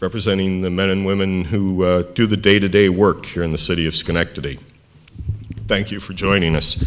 representing the men and women who do the day to day work here in the city of schenectady thank you for joining us